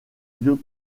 vieux